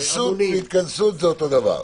התכנסות זה אותו דבר.